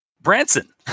Branson